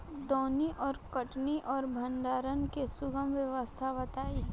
दौनी और कटनी और भंडारण के सुगम व्यवस्था बताई?